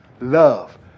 love